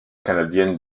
canadienne